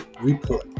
Report